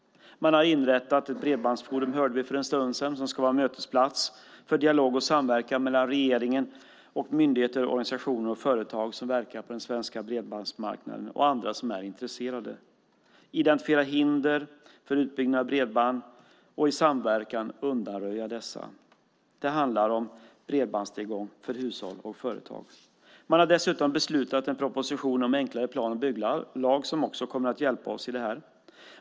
Man har inrättat ett bredbandsforum, som vi hörde för en stund sedan, som ska vara mötesplats för dialog och samverkan mellan regering, myndigheter, organisationer och företag som verkar på den svenska bredbandsmarknaden och andra som är intresserade. Man ska identifiera hinder för utbyggnad av bredband och i samverkan undanröja dessa. Det handlar om bredbandstillgång för hushåll och företag. Regeringen har dessutom beslutat om en proposition om en enklare plan och bygglag, som också kommer att hjälpa oss i det här.